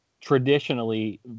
traditionally